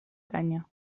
canya